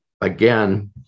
again